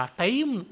time